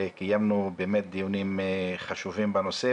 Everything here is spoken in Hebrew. וקיימנו דיונים חשובים בנושא.